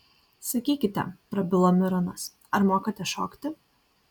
sakykite prabilo mironas ar mokate šokti